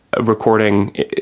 recording